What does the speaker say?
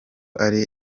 ari